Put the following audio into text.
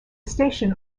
station